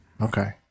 Okay